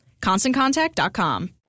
ConstantContact.com